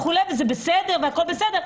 והכול בסדר.